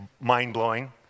mind-blowing